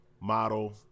model